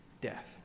death